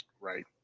Right